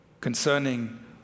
concerning